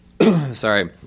sorry